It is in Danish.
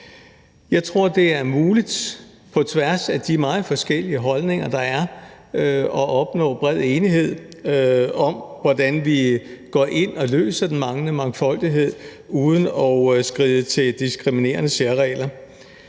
Jeg tror, det er muligt på tværs af de meget forskellige holdninger, der er, at opnå en bred enighed om, hvordan vi går ind og løser den manglende mangfoldighed uden at skride til diskriminerende særregler.